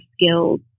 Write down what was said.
skills